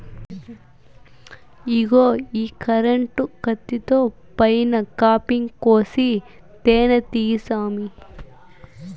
ఇగో ఈ కరెంటు కత్తితో పైన కాపింగ్ కోసి తేనే తీయి సామీ